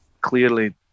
clearly